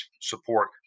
support